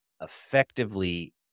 effectively